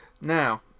Now